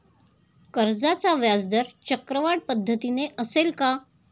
कर्जाचा व्याजदर चक्रवाढ पद्धतीने असेल का?